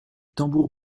tambours